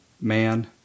man